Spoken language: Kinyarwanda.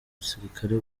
basirikare